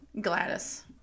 Gladys